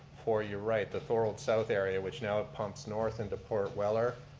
for your right, the thorold south area, which now it pumps north into port weller.